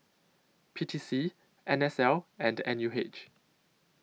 P T C N S L and N U H